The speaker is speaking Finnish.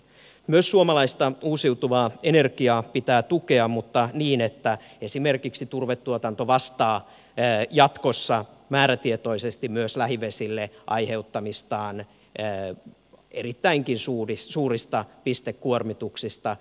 myös suomalaista uusiutuvaa energiaa pitää tukea mutta niin että esimerkiksi turvetuotanto vastaa jatkossa määrätietoisesti myös lähivesille aiheuttamistaan erittäinkin suurista pistekuormituksista